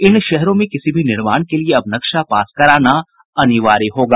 इन शहरों में किसी भी निर्माण के लिये अब नक्शा पास कराना अनिवार्य होगा